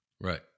Right